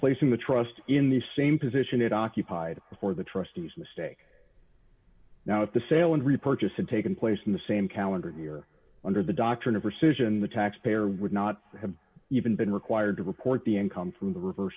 placing the trust in the same position it occupied for the trustees mistake now if the sale and repurchase had taken place in the same calendar year under the doctrine of rescission the taxpayer would not have even been required to report the income from the rever